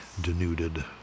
denuded